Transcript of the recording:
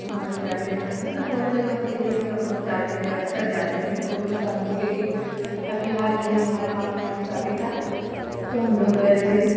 तो वहाँ भी जाते हैं मतलब बहुत जगह होती है कि हम लोग जाते हैं अक्सर जाते हैं घूमने टहलने के लिए अभी हाल में ही हमारे मामा के यहाँ शादी था तो हम लोग गए थे